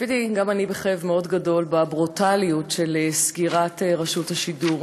צפיתי גם אני בכאב מאוד גדול בברוטליות של סגירת רשות השידור.